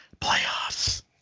Playoffs